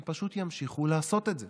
הם פשוט ימשיכו לעשות את זה.